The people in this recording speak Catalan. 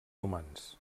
humans